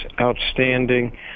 outstanding